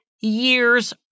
years